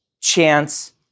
chance